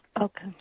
Okay